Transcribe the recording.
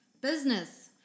business